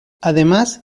además